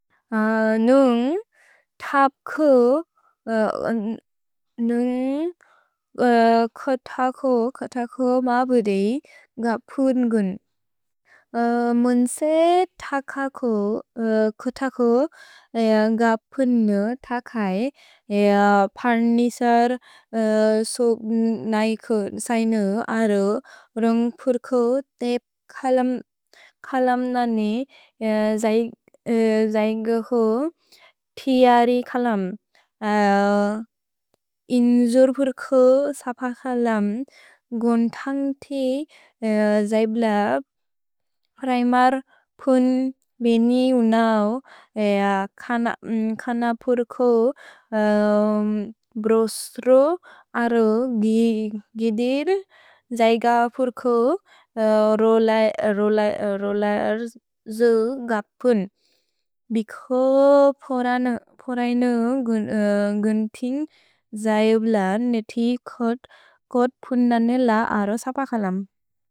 नुन्ग् थप् कुअ नुन्ग् खुतकुअ मबुदेइ गपुन् गुन्। मुन्से थककु खुतकुअ गपुन् नु थकै पर्निसर् सोक् नै कु सैनु अरु। रुन्ग्पुर् कुअ तेप् कलम् ननि जैगहु तिअरि कलम्। इन्जुर्पुर् कुअ सप कलम् गुन् तन्ग्ति जैब् लब्। प्रैमर् पुन् बेने उनौ कनपुर् कुअ ब्रोस्रो अरु गिदिर् जैगहु कुअ रोल जुगपुन्। भिको पोरैनु गुन् तिन्ग् जैब् लब् नेति खुत् पुन् दने लब् अरु सप कलम्।